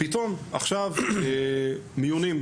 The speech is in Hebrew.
פתאום עכשיו מיונים,